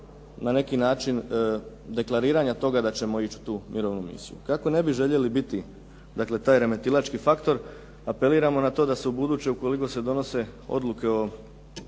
na neki način deklariranja toga da ćemo ići u tu mirovnu misiju. Kako ne bi željeli biti dakle taj remetilački faktor apeliramo na to da se u buduće ukoliko se donose odluke o